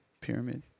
pyramid